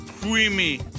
creamy